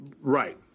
right